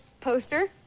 poster